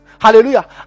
Hallelujah